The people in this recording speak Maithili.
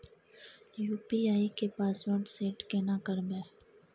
यु.पी.आई के पासवर्ड सेट केना करबे?